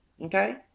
okay